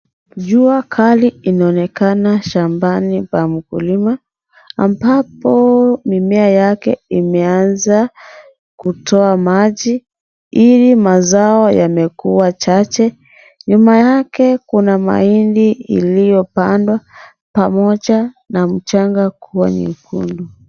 Jua kali inaonekana shambani pa mkulima ambapo mimea yake imeanza kutoa maji ili mazao yamekuwa chache. Nyuma yake kuna mahindi iliyopandwa pamoja na mchanga kuwa nyekundu.